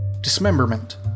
Dismemberment